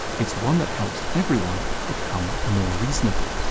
it's one that helps everyone become more reasonable.